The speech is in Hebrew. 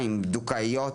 אם היא בדוקאית?